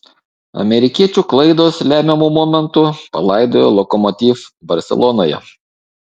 amerikiečių klaidos lemiamu momentu palaidojo lokomotiv barselonoje